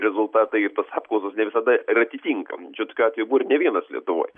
rezultatai ir tos apklausos ne visada ir atitinka čia tokių atvejų buvo ir ne vienas lietuvoj